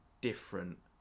different